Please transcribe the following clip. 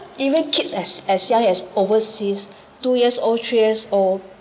even kids as as young as overseas two years old three years old